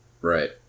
Right